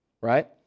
right